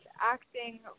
acting